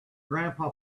grandpa